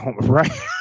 Right